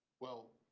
well,